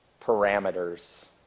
parameters